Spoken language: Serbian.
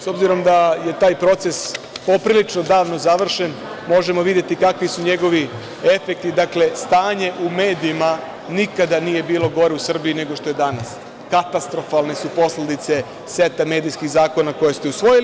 S obzirom da je taj proces poprilično davano završen, možemo videti kakvi su njegovi efekti, dakle, stanje u medijima nikada nije bilo gore u Srbiji nego što je danas, katastrofalne su posledice seta medijskih zakona koje ste usvojili.